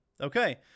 Okay